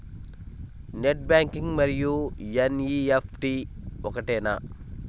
Net banking మరియు NEFT ఒకటేనా?